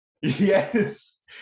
Yes